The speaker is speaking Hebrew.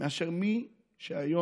מאשר מי שהיום